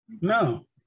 No